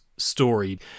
story